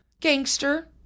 gangster